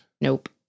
Nope